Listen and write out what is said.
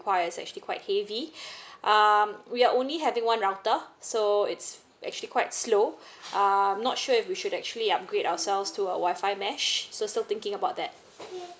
required is actually quite heavy um we are only having one router so it's actually quite slow uh not sure if we should actually upgrade ourselves to a Wi-Fi mesh so still thinking about that